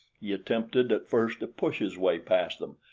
he attempted at first to push his way past them,